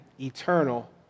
eternal